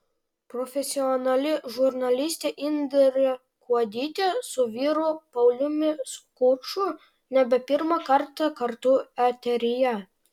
profesionali žurnalistė indrė kuodytė su vyru pauliumi skuču nebe pirmą kartą kartu eteryje